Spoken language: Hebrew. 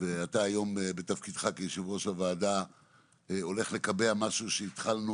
ואתה היום בתפקידך כיושב-ראש הוועדה הולך לקבע משהו שהתחלנו